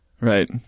Right